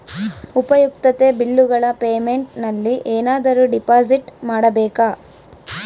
ಉಪಯುಕ್ತತೆ ಬಿಲ್ಲುಗಳ ಪೇಮೆಂಟ್ ನಲ್ಲಿ ಏನಾದರೂ ಡಿಪಾಸಿಟ್ ಮಾಡಬೇಕಾ?